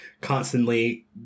constantly